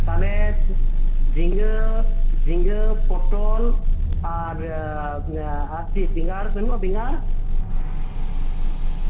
ᱛᱟᱞᱦᱮ ᱡᱷᱤᱸᱜᱟᱹ ᱡᱷᱤᱸᱜᱟᱹ ᱯᱚᱴᱚᱞ ᱟᱨ ᱪᱤᱫ ᱵᱮᱸᱜᱟᱲ ᱵᱟᱱᱩᱜᱼᱟ ᱵᱮᱸᱜᱟᱲ